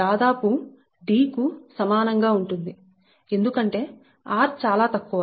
దాదాపు D కు సమానం గా ఉంటుంది ఎందుకంటే r చాలా తక్కువ